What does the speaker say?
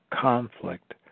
conflict